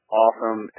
awesome